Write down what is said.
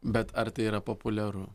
bet ar tai yra populiaru